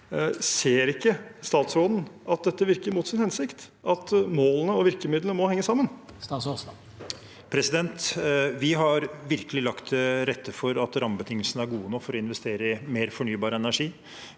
Ser ikke statsråden at dette virker mot sin hensikt, og at målene og virkemidlene må henge sammen? Statsråd Terje Aasland Vi har virkelig lagt til rette for at rammebetingelsene er gode nok for å investere i mer fornybar energi.